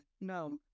No